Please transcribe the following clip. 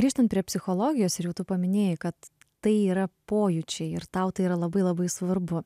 grįžtant prie psichologijos ir jau tu paminėjai kad tai yra pojūčiai ir tau tai yra labai labai svarbu